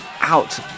out